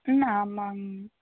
ம் ஆமாம்ங்க